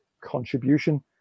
contribution